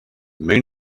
main